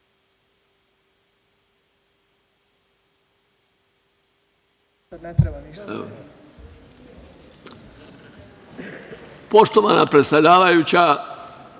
Poštovani predsedavajući,